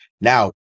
Now